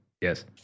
Yes